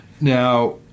Now